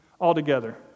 altogether